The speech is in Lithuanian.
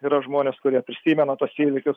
yra žmonės kurie prisimena tuos įvykius